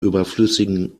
überflüssigen